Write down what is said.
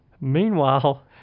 Meanwhile